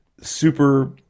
super